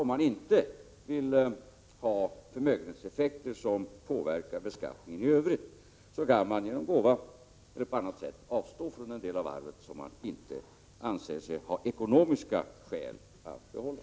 Om man vill undvika förmögenhetseffekter som påverkar beskattningen i övrigt, kan man genom gåva eller på annat sätt avstå från den del av arvet som man av ekonomiska skäl inte anser sig kunna behålla.